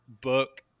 book